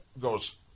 goes